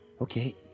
Okay